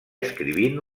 escrivint